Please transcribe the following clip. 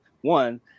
one